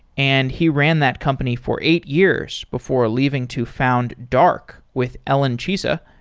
and he ran that company for eight years before leaving to found dark with ellen chisa.